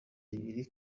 bibiri